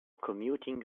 commuting